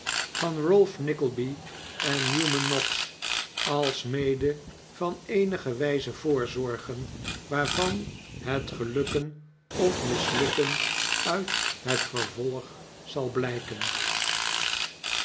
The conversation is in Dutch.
van ralph nickleby en newman noggs alsmede van eenige wijze voorzorgen waarvan het gelukken of mislukken uit het vervolg zal blijken